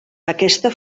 aquesta